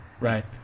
right